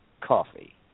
coffee